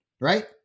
Right